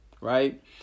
right